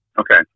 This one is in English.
okay